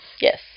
Yes